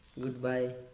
Goodbye